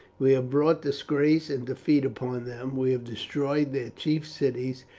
we have brought disgrace and defeat upon them. we have destroyed their chief cities.